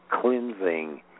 cleansing